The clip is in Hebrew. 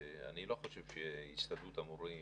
ואני לא חושב שהסתדרות המורים